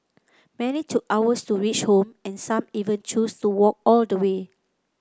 many took hours to reach home and some even choose to walk all the way